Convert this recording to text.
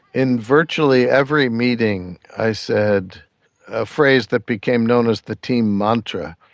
in virtually every meeting i said a phrase that became known as the team mantra,